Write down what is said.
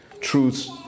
truths